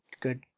good